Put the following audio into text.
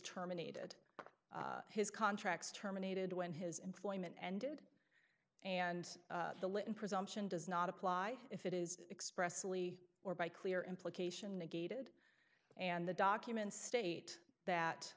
terminated his contracts terminated when his employment ended and the little presumption does not apply if it is expressly or by clear implication negated and the documents state that